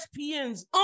ESPN's